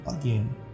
again